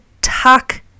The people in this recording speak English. tuck